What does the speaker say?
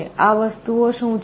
આ વસ્તુઓ શું છે